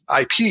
IP